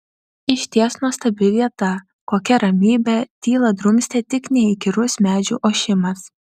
išties nuostabi vieta kokia ramybė tylą drumstė tik neįkyrus medžių ošimas